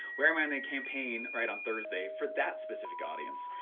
where am i in the campaign right on thursday for that specific audience,